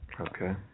Okay